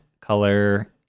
color